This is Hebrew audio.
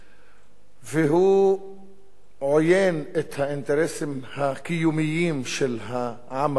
והוא עוין את האינטרסים הקיומיים של העם הפלסטיני,